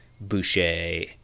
boucher